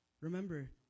Remember